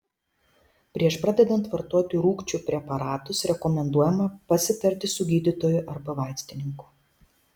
prieš pradedant vartoti rūgčių preparatus rekomenduojama pasitarti su gydytoju arba vaistininku